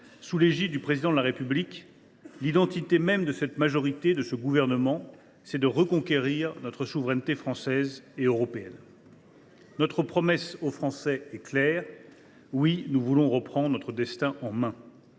sous l’égide du Président de la République, l’identité même de cette majorité et de ce gouvernement, c’est de reconquérir notre souveraineté française et européenne. « Notre promesse aux Français est claire : oui, nous voulons reprendre notre destin en main.